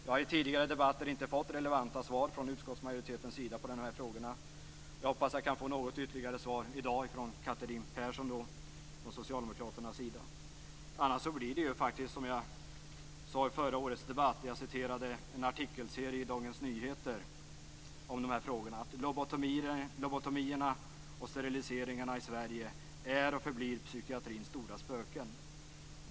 Jag har i tidigare debatter inte fått relevanta svar från utskottsmajoriteten på dessa frågor, men jag hoppas att jag kan få ytterligare svar i dag från socialdemokraternas företrädare Catherine Persson. Annars blir det som jag sade i förra årets debatt då jag citerade från en artikelserie i Dagens Nyheter: "Lobotomierna och steriliseringarna i Sverige är och förblir psykiatrins stora spöken.